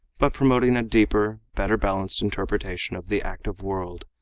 but promoting a deeper, better balanced interpretation of the active world,